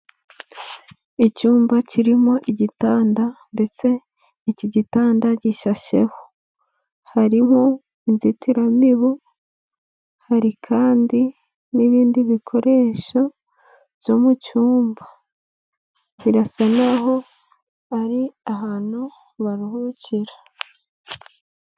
Icyumba kirimo igitanda ndetse iki gitanda gisasheho, harimo inzitiramibu hari kandi n'ibindi bikoresho byo mu cyumba, birasa n'aho ari ahantu baruhukira.